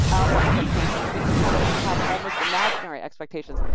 outer expectations, we can kind of have almost imaginary expectations,